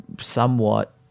somewhat